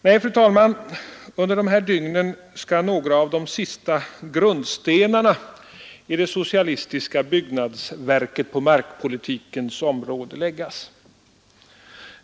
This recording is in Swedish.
Nej, fru talman, under de här dygnen skall några av de sista grundstenarna i det socialistiska byggnadsverket på markpolitikens område läggas.